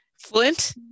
Flint